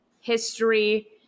history